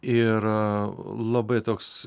ir labai toks